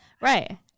Right